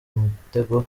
mutego